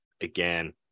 again